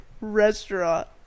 restaurant